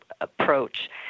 approach